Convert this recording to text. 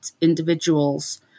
individuals